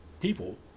people